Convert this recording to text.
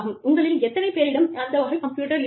உங்களில் எத்தனை பேரிடம் அந்த வகை கம்ப்யூட்டர் இருந்தது